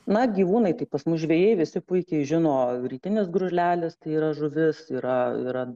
na gyvūnai tai pas mus žvejai visi puikiai žino rytinis gružlelis tai yra žuvis yra yra